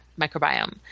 microbiome